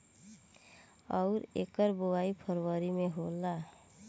अउर एकर बोवाई फरबरी मे होला